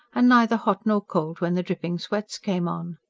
and neither hot nor cold when the dripping sweats came on.